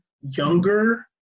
younger